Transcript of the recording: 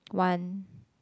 one